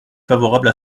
favorable